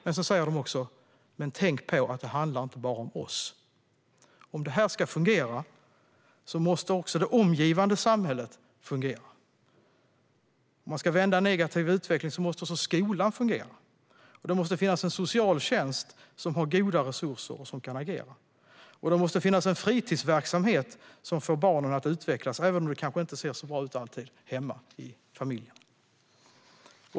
Men de säger också: Tänk på att det inte bara handlar om oss! Om detta ska fungera måste också det omgivande samhället fungera. Om man ska vända en negativ utveckling måste också skolan fungera, och det måste finnas en socialtjänst som har goda resurser och som kan agera. Det måste finnas en fritidsverksamhet som får barnen att utvecklas, även om det kanske inte alltid ser så bra ut hemma, i familjen.